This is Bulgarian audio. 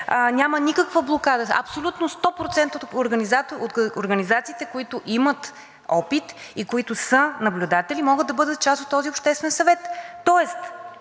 няма никаква блокада, абсолютно 100% от организациите, които имат опит и които са наблюдатели, могат да бъдат част от този обществен съвет.